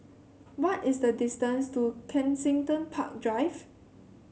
what is the distance to Kensington Park Drive